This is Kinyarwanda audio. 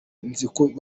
nziko